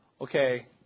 okay